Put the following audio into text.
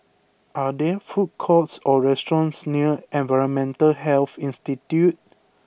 are there food courts or restaurants near Environmental Health Institute